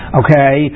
okay